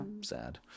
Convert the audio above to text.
Sad